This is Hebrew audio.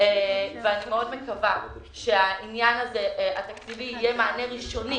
אני מקווה מאוד שהעניין התקציבי הזה יהיה מענה ראשוני,